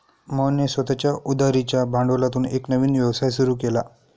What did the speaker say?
मोहनने स्वतःच्या आणि उधारीच्या भांडवलातून एक नवीन व्यवसाय सुरू केला